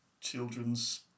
children's